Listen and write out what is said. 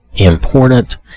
important